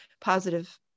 positive